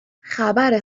خبر